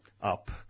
up